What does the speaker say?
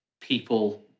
people